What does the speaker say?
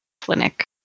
clinic